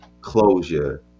closure